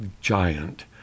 giant